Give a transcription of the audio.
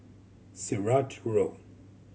Sirat Road